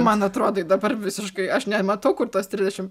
man atrodai dabar visiškai aš nematau kur tas trisdešim